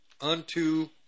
unto